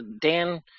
Dan